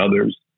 others